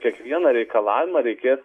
kiekvieną reikalavimą reikės